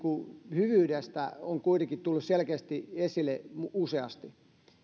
hyvyydestä on kuitenkin tullut selkeästi esille useasti